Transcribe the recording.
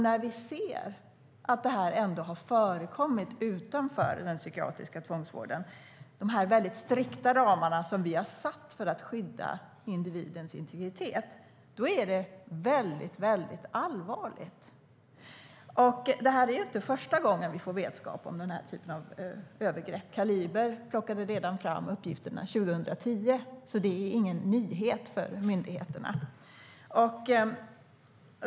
När vi ser att detta ändå har förekommit utanför den psykiatriska tvångsvården - de mycket strikta ramar vi har satt för att skydda individens integritet - är det väldigt allvarligt. Det är inte heller första gången vi får vetskap om den här typen av övergrepp; Kaliber plockade fram uppgifterna redan 2010. Det är alltså ingen nyhet för myndigheterna.